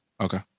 okay